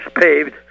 paved